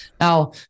Now